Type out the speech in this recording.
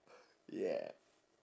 yeah